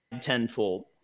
tenfold